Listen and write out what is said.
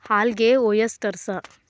algae, oysters